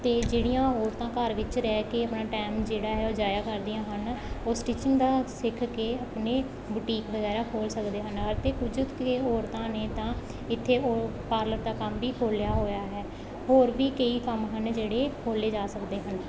ਅਤੇ ਜਿਹੜੀਆਂ ਔਰਤਾਂ ਘਰ ਵਿੱਚ ਰਹਿ ਕੇ ਆਪਣਾ ਟਾਈਮ ਜਿਹੜਾ ਹੈ ਉਹ ਜਾਇਆ ਕਰਦੀਆਂ ਹਨ ਉਹ ਸਟੀਚਿੰਗ ਦਾ ਸਿੱਖ ਕੇ ਆਪਣੇ ਬੁਟੀਕ ਵਗੈਰਾ ਖੋਲ੍ਹ ਸਕਦੇ ਹਨ ਅਤੇ ਕੁਝ ਤੇ ਔਰਤਾਂ ਨੇ ਤਾਂ ਇੱਥੇ ਉਹ ਪਾਰਲਰ ਦਾ ਕੰਮ ਵੀ ਖੋਲ੍ਹਿਆ ਹੋਇਆ ਹੈ ਹੋਰ ਵੀ ਕਈ ਕੰਮ ਹਨ ਜਿਹੜੇ ਖੋਲ੍ਹੇ ਜਾ ਸਕਦੇ ਹਨ